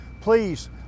Please